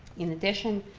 in addition,